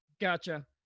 Gotcha